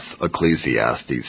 Ecclesiastes